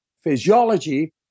physiology